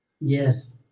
Yes